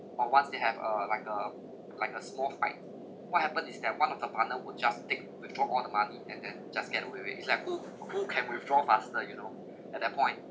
but once they have a like a like a small fight what happened is that one of the partner would just take withdraw all the money and then just get away with it it's like who who can withdraw faster you know at that point